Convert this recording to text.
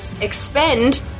expend